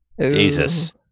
Jesus